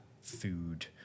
food